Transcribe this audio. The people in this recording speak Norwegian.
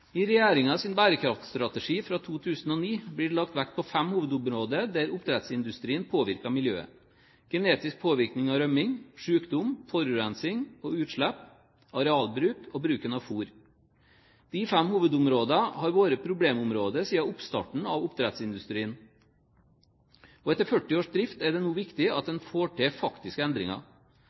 I regjeringens bærekraftstrategi fra 2009 blir det lagt vekt på fem hovedområder der oppdrettsindustrien påvirker miljøet: genetisk påvirkning og rømming, sykdom, forurensning og utslipp, arealbruk og bruken av fôr. De fem hovedområdene har vært problemområder siden oppstarten av oppdrettsindustrien, og etter 40 års drift er det nå viktig at en får til faktiske endringer.